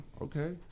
Okay